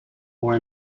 more